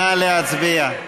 נא להצביע.